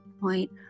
point